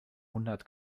hundert